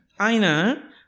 Aina